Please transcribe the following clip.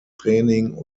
training